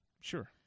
Sure